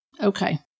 Okay